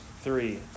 three